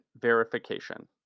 Verification